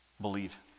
Believe